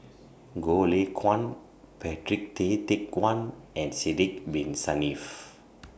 Goh Lay Kuan Patrick Tay Teck Guan and Sidek Bin Saniff